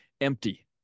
empty